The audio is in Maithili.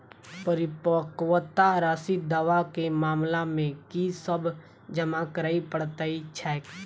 परिपक्वता राशि दावा केँ मामला मे की सब जमा करै पड़तै छैक?